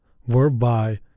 whereby